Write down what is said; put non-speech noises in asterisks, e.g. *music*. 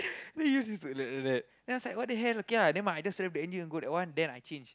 *noise* then yours is like that like then I was like what the hell okay lah then I just go that one then I change